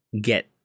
get